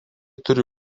turi